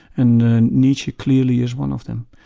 and and nietzsche clearly is one of them.